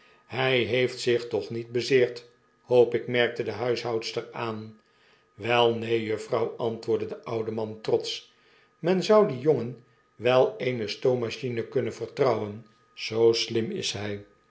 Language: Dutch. hij heeft zich toch niet bezeera hoop ik merkte de huishoudster aan wel neen juffrouw antwoordde de oude man trotsch men zou dien jongen wel eene stoommachine kunnen vertrouwen zoo slim is hjj